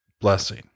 blessing